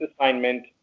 assignment